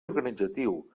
organitzatiu